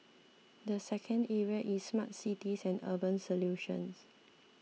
the second area is smart cities and urban solutions